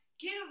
Give